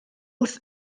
wrth